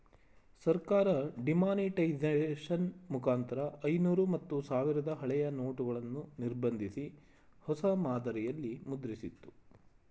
ಸರ್ಕಾರ ಡಿಮಾನಿಟೈಸೇಷನ್ ಮುಖಾಂತರ ಐನೂರು ಮತ್ತು ಸಾವಿರದ ಹಳೆಯ ನೋಟುಗಳನ್ನು ನಿರ್ಬಂಧಿಸಿ, ಹೊಸ ಮಾದರಿಯಲ್ಲಿ ಮುದ್ರಿಸಿತ್ತು